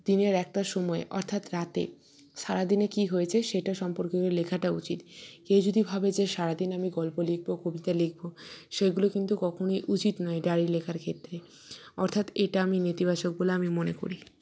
দিনের একটা সময়ে অর্থাৎ রাতে সারাদিনে কী হয়েছে সেটা সম্পর্কে লেখাটা উচিত কেউ যদি ভাবে যে সারাদিন আমি গল্প লিখব কবিতা লিখব সেইগুলো কিন্তু কখনোই উচিত নয় ডায়েরি লেখার ক্ষেত্রে অর্থাৎ এটা আমি নেতিবাচক বলে আমি মনে করি